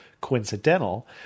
coincidental